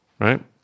right